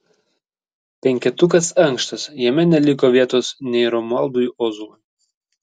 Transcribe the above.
penketukas ankštas jame neliko vietos nei romualdui ozolui